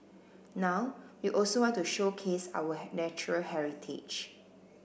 now we also want to showcase our natural heritage